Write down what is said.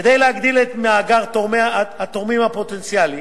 כדי להגדיל את מאגר התורמים הפוטנציאלי,